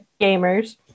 gamers